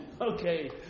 Okay